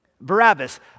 Barabbas